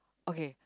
okay